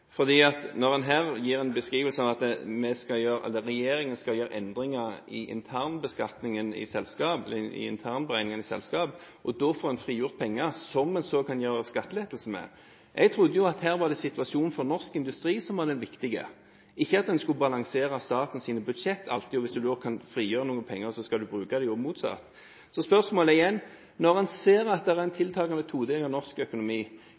Her gir en en beskrivelse av at regjeringen skal gjøre endringer i internbeskatningen eller internberegningen i selskaper, og da får en frigjort penger som kan brukes til skattelettelser. Jeg trodde at det var situasjonen for norsk industri som var det viktige, ikke at en alltid skulle balansere statens budsjetter, og at hvis en da kan frigjøre noen penger, kan en bruke dem – og motsatt. Spørsmålet er igjen: Når en ser at det er en tiltakende todeling i norsk økonomi,